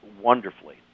wonderfully